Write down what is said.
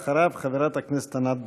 אחריו, חברת הכנסת ענת ברקו.